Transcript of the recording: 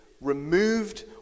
removed